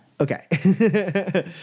Okay